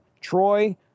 Troy